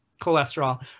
cholesterol